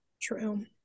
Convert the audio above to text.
True